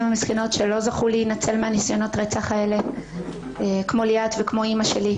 המסכנות שלא זכו להינצל מניסיונות הרצח האלה כמו ליאת וכמו אימא שלי,